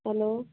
hello